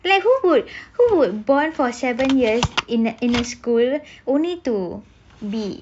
like who would who would bond for seven years in a school only to be